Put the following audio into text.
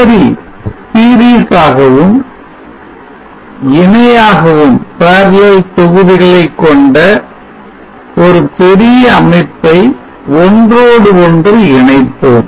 தொடரி ஆகவும் இணையாகவும் தொகுதிகளைக் கொண்ட ஒரு பெரிய அமைப்பை ஒன்றோடு ஒன்று இணைப்போம்